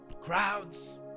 Crowds